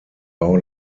bau